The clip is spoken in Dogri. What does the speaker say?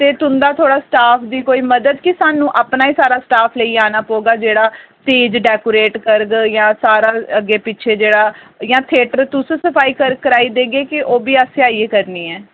ते तुन्दा थुआढ़ा स्टाफ़ दी कोई मदद के सानू अपना ही सारा स्टाफ़ लेइयै आना पौह्गा जेह्ड़ा स्टेज डैकोरेट करग जां सारा अग्गें पिच्छें जेह्ड़ा जां थेटर तुस सफाई कराई देगे कि ओह् बी असें आइयै करनी ऐं